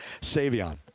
Savion